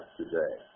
today